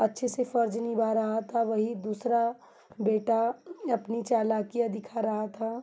अच्छे से फ़र्ज निभा रहा था वही दूसरा बेटा अपनी चालाकियाँ दिखा रहा था